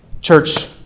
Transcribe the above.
Church